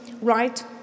right